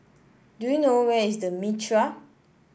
do you know where is The Mitraa